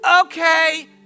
Okay